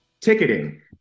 ticketing